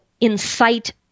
incite